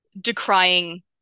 decrying